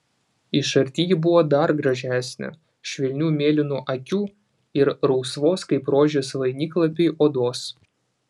iš arti ji buvo dar gražesnė švelnių mėlynų akių ir rausvos kaip rožės vainiklapiai odos